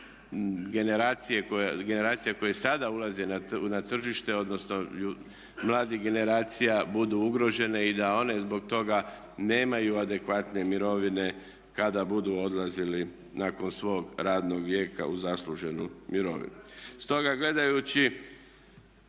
generacije koje sada ulaze na tržište odnosno mladih generacija budu ugrožene i da one zbog toga nemaju adekvatne mirovine kada budu odlazili nakon svog radnog vijeka u zasluženu mirovinu. Stoga gledajući